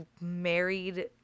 married